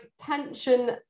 tension